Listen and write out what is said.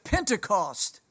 Pentecost